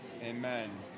amen